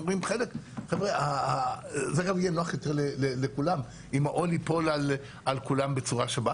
זה אגב יהיה נוח יותר לכולם אם העול ייפול על כולם בצורה שווה.